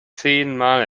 zehnmal